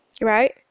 right